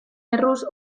erruz